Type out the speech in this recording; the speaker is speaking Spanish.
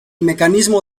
mecanismo